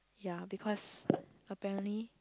ya because apparently